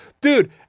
dude